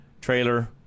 trailer